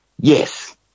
Yes